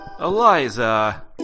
Eliza